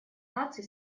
наций